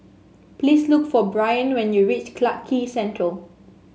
please look for Bryn when you reach Clarke Quay Central